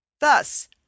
Thus